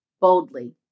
boldly